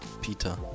Peter